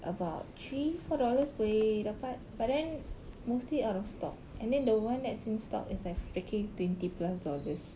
about three four dollars boleh dapat but then mostly out of stock and then the one that's in stock is like freaking twenty plus dollars